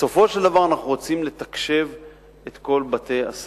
בסופו של דבר אנחנו רוצים לתקשב את כל בתי-הספר,